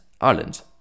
Ireland